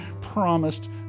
promised